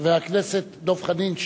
חבר הכנסת דב חנין,